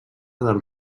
dels